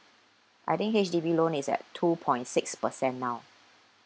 I think H_D_B loan is at two point six percent now